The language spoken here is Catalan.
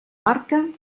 barca